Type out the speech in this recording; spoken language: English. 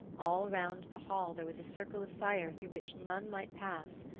all round the hall there was a circle of fire through which none might pass.